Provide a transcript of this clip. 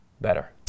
better